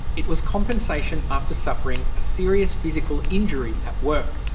it was compensation after suffering a serious physical injury at work.